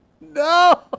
no